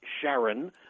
Sharon